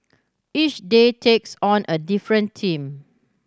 each day takes on a different team